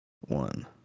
one